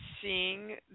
seeing